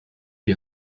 die